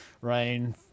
rain